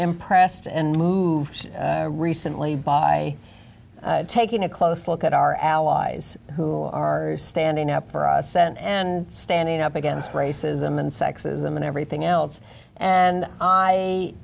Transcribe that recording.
impressed and moved recently by taking a close look at our allies who are standing up for us senate and standing up against racism and sexism and everything else and i